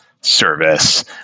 service